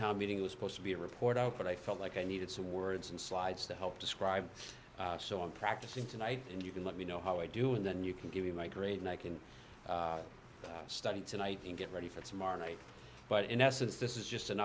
time meeting was supposed to be a report out but i felt like i needed some words and slides to help describe so i'm practicing tonight and you can let me know how i do and then you can give me my grade and i can study tonight and get ready for tomorrow night but in essence this is just